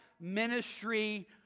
ministry